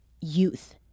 youth